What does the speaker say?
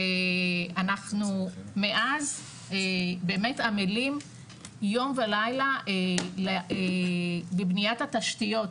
ואנחנו מאז באמת עמלים יום ולילה בבניית התשתיות,